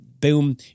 boom